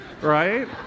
right